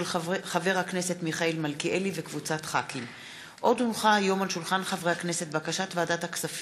מאת חברי הכנסת דב חנין, איימן עודה, עאידה תומא